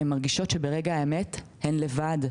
הן מרגישות שברגע האמת הן לבד.